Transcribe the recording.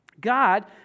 God